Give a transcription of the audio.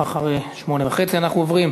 אחרי 20:30. אנחנו עוברים